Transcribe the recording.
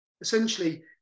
essentially